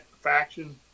faction